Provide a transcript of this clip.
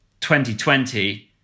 2020